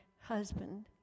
husband